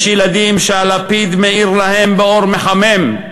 יש ילדים שהלפיד מאיר להם באור מחמם,